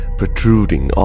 protruding